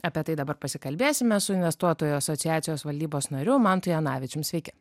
apie tai dabar pasikalbėsime su investuotojų asociacijos valdybos nariu mantu janavičium sveiki